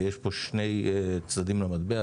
ויש פה שני צדדים למטבע,